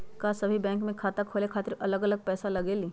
का सभी बैंक में खाता खोले खातीर अलग अलग पैसा लगेलि?